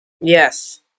Yes